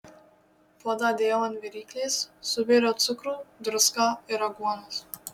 puodą dėjau ant viryklės subėriau cukrų druską ir aguonas